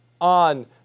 on